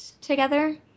together